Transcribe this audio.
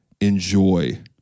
enjoy